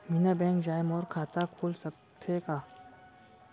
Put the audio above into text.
बिना बैंक जाए मोर खाता खुल सकथे का?